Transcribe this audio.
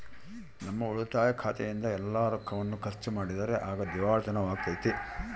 ನಮ್ಮ ಉಳಿತಾಯ ಖಾತೆಯಿಂದ ಎಲ್ಲ ರೊಕ್ಕವನ್ನು ಖರ್ಚು ಮಾಡಿದರೆ ಆಗ ದಿವಾಳಿತನವಾಗ್ತತೆ